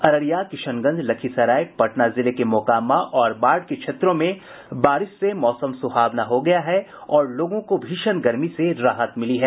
अररिया किशनगंज लखीसराय पटना जिले के मोकामा और बाढ़ के क्षेत्रों में बारिश से मौसम सुहावना हो गया है और लोगों को भीषण गर्मी से राहत मिली है